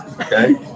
okay